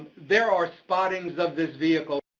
there are spottings of this vehicle,